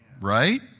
right